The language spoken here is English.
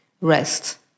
rest